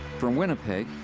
from winnipeg,